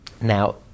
Now